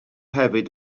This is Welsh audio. hefyd